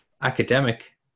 academic